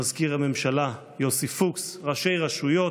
מזכיר הממשלה יוסי פוקס, ראשי רשויות,